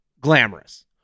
glamorous